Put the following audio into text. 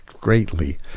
greatly